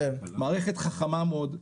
מערכת חכמה מאוד,